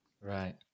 right